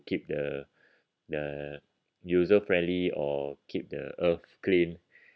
keep the the user friendly or keep the earth clean